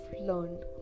learned